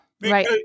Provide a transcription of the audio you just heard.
Right